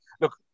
look